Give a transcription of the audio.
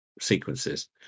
sequences